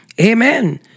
amen